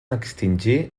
extingir